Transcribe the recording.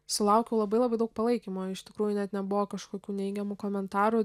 sulaukiu labai labai daug palaikymo iš tikrųjų net nebuvo kažkokių neigiamų komentarų